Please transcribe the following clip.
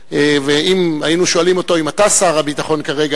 ואם היינו שואלים אותו: אם אתה שר הביטחון כרגע,